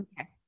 Okay